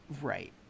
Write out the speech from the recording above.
right